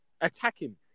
attacking